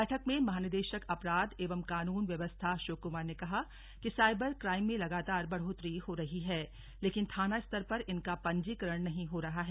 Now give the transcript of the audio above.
बैठक में महानिदेशक अपराध एवं कानून व्यवस्था अशोक कुमार ने कहा कि साइबर क्राइम में लगातार बढ़ोतरी हो रही है लेकिन थाना स्तर पर इनका पंजीकरण नहीं हो रहा है